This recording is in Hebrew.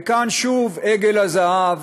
וכאן, שוב, עגל הזהב